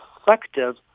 effective